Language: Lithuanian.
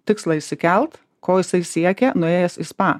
tikslą išsikelt ko jisai siekia nuėjęs į spa